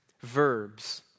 verbs